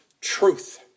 truth